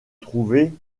trouvait